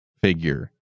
figure